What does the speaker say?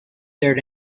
there